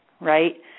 right